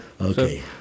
Okay